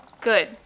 Good